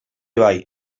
bai